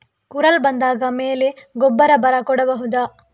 ಕುರಲ್ ಬಂದಾದ ಮೇಲೆ ಗೊಬ್ಬರ ಬರ ಕೊಡಬಹುದ?